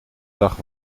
dag